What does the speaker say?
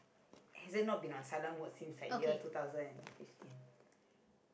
okay